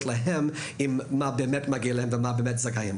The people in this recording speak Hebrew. אליהם עם מה באמת מגיע להם ולמה הם זכאים.